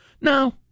no